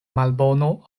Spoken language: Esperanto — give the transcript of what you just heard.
malbono